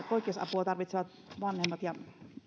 poikkeusapua tarvitsevien lasten vanhempien ja